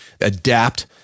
adapt